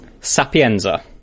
Sapienza